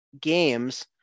games